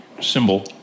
symbol